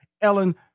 Ellen